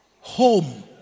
home